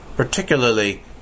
Particularly